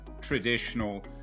traditional